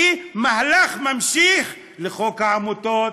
כמהלך ממשיך לחוק העמותות,